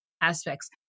aspects